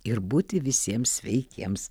ir būti visiems sveikiems